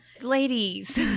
Ladies